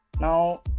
now